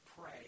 pray